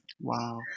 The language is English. Wow